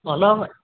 অলপ